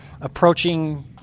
approaching